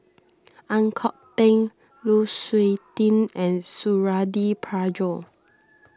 Ang Kok Peng Lu Suitin and Suradi Parjo